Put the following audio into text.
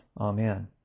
Amen